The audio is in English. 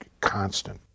constant